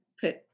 put